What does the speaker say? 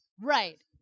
Right